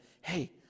hey